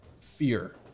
fear